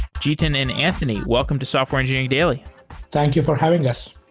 jiten and anthony, welcome to software engineering daily thank you for having us.